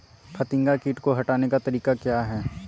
फतिंगा किट को हटाने का तरीका क्या है?